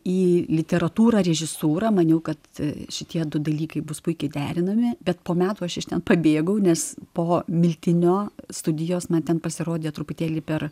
į literatūrą režisūrą maniau kad šitie du dalykai bus puikiai derinami bet po metų aš iš ten pabėgau nes po miltinio studijos man ten pasirodė truputėlį per